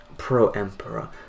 pro-emperor